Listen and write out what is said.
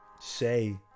say